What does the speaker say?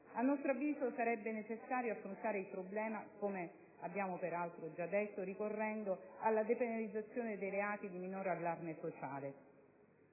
A nostro avviso sarebbe necessario affrontare il problema, come peraltro abbiamo già detto, ricorrendo alla depenalizzazione dei reati di minore allarme sociale.